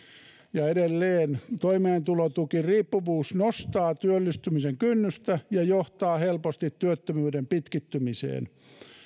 ja edelleen toimeentulotukiriippuvuus nostaa työllistymisen kynnystä ja johtaa helposti työttömyyden pitkittymiseen